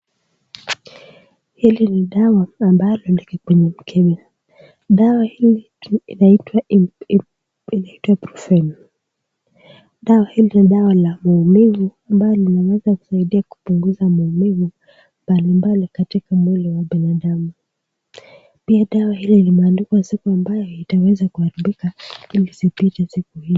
Hili ni dawa ambalo liko kwenye mkebe. Dawa hii inaitwa Ibuprofen. Dawa hili ni dawa la maumivu ambalo linaweza kusaidia kupunguza maumivu mbalimbali katika mwili wa binadamu. Pia dawa hili limeandikwa isipo mbaya iatweza kuharibika ili isipite siku hii.